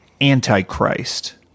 Antichrist